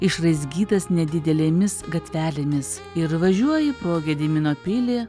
išraizgytas nedidelėmis gatvelėmis ir važiuoji pro gedimino pilį